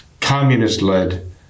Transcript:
Communist-led